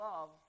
love